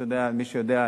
מי שיודע,